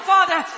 Father